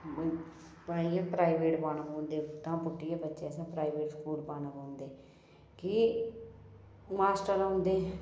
पाइयै प्राइवेट पाने पौंदे उत्थुआं पुट्टियै बच्चे असें प्राइवेट स्कूल पाने पौंदे कि मास्टर औंदे